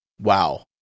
wow